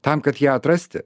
tam kad ją atrasti